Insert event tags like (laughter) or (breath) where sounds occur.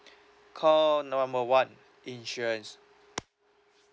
(breath) call number one insurance